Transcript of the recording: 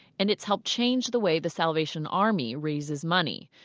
and it's helped change the way the salvation army raises money.